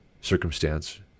circumstance